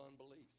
unbelief